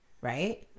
Right